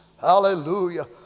hallelujah